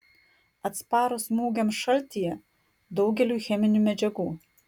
atsparus smūgiams šaltyje daugeliui cheminių medžiagų